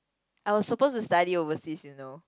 I was supposed to study overseas you know